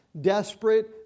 desperate